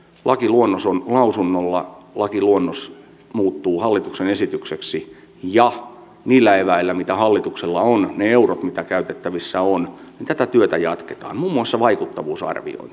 lakiluonnos on lausunnolla lakiluonnos muuttuu hallituksen esitykseksi ja niillä eväillä mitä hallituksella on niillä euroilla mitä käytettävissä on tätä työtä jatketaan muun muassa vaikuttavuusarviointeja